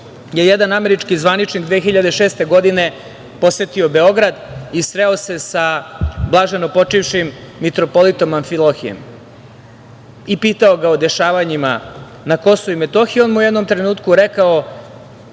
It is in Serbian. je jedan američki zvaničnik 2006. godine posetio Beograd i sreo se sa blaženopočivšim mitropolitom Amfilohijem i pitao ga o dešavanjima na Kosovu i Metohiji. On mu je u jednom trenutku rekao: